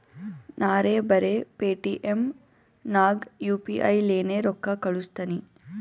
ನಾರೇ ಬರೆ ಪೇಟಿಎಂ ನಾಗ್ ಯು ಪಿ ಐ ಲೇನೆ ರೊಕ್ಕಾ ಕಳುಸ್ತನಿ